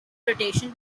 rotation